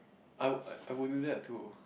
I would I would do that too